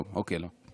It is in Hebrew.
טוב, אוקיי, לא.